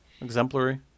exemplary